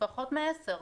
פחות מעשר .